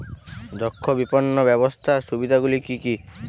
দক্ষ বিপণন ব্যবস্থার সুবিধাগুলি কি কি?